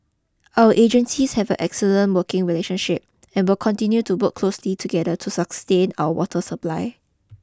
our agencies have a excellent working relationship and will continue to work closely together to sustain our water supply